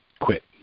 quit